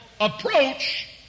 approach